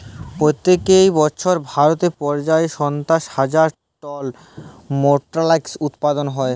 পইত্তেক বসর ভারতে পর্যায়ে সাত্তান্ন হাজার টল মোলাস্কাস উৎপাদল হ্যয়